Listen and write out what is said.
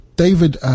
David